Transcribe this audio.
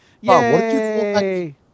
yay